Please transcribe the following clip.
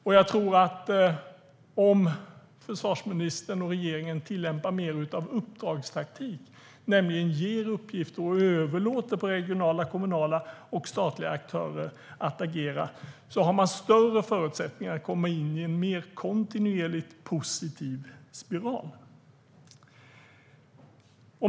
Om försvarsministern och regeringen tillämpar mer av uppdragstaktik, nämligen ger uppgifter till och överlåter på regionala, kommunala och statliga aktörer att agera, har man större förutsättningar att komma in i en mer positiv kontinuerlig spiral.